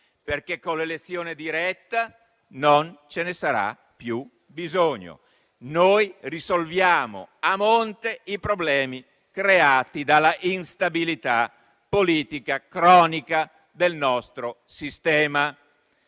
semplice: con l'elezione diretta non ce ne sarà più bisogno, poiché risolviamo a monte i problemi creati dalla instabilità politica cronica del nostro sistema.